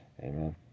Amen